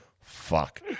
fuck